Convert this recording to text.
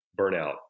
burnout